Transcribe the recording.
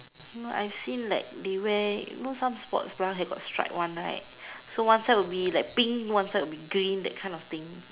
no I've seen like they wear you know some sport bra there got strap one right one side would be pink and one side would be green that sort of thing